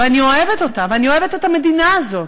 ואני אוהבת אותה, ואני אוהבת את המדינה הזאת,